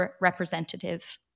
representative